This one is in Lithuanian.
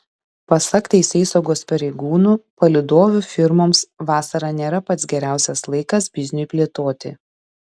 pasak teisėsaugos pareigūnų palydovių firmoms vasara nėra pats geriausias laikas bizniui plėtoti